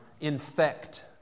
infect